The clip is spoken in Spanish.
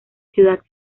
ciudad